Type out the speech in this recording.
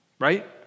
Right